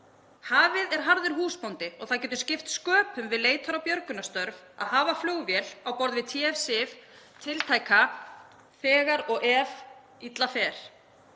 Hafið er harður húsbóndi og það getur skipt sköpum við leitar- og björgunarstörf að hafa flugvél á borð við TF-SIF tiltæka þegar og ef illa fer.